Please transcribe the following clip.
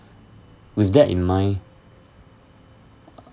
with that in mind